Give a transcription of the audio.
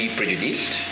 prejudiced